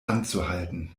anzuhalten